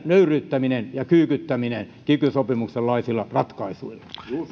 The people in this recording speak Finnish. nöyryyttämisensä ja kyykyttämisensä kiky sopimuksen laisilla ratkaisuilla